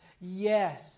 Yes